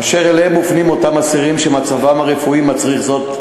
אשר אליהם מופנים אותם אסירים שמצבם הרפואי מצריך זאת.